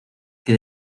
que